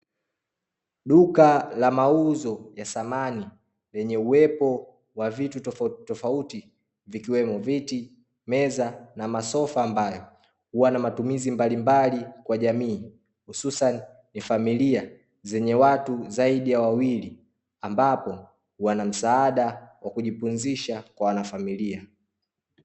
Duka la mauzo ya samani, lenye uwepo wa vitu tofauti tofauti vikiwemo: viti, meza, na masofa, ambayo huwa na matumizi mbalimbali kwa jamii, hususani familia zenye watu zaidi ya wawili, ambapo huwa na msaada wa kujipumzisha kwa wanafamilia.